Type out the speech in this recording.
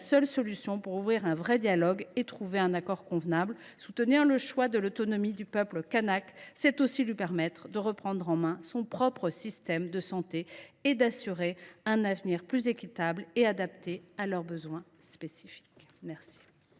seule solution pour ouvrir un véritable dialogue et trouver un accord convenable. Soutenir le choix de l’autonomie du peuple kanak, c’est aussi lui permettre de reprendre en main son propre système de santé et assurer un avenir plus équitable et adapté à ses besoins spécifiques. La